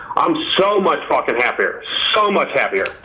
i'm so much fuckin' happier. so much happier.